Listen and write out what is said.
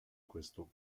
questo